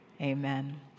Amen